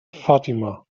fatima